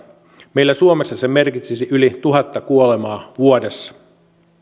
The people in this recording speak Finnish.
meillä suomessa se merkitsisi yli tuhatta kuolemaa vuodessa